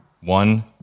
One